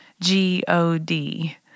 G-O-D